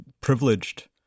privileged